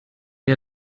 dir